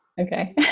Okay